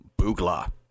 Boogla